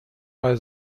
bei